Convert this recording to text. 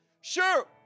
sure